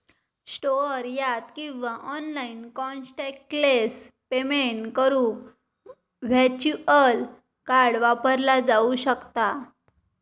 store यात किंवा online contactless payment करुक व्हर्च्युअल कार्ड वापरला जाऊ शकता